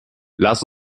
lass